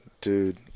Dude